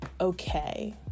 okay